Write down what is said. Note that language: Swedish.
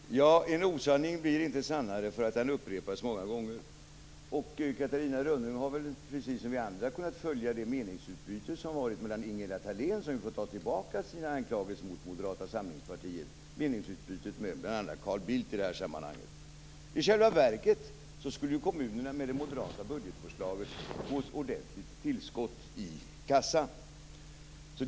Fru talman! En osanning blir inte sannare för att den upprepas många gånger. Catarina Rönnung har väl precis som vi andra kunnat följa det meningsutbyte som ägt rum mellan Ingela Thalén, som ju fått ta tillbaka sina anklagelser mot Moderata samlingspartiet, och bl.a. Carl Bildt. I själva verket skulle kommunerna få ett ordentligt tillskott i kassan med det moderata budgetförslaget.